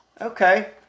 okay